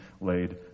laid